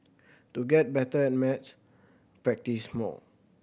to get better at maths practise more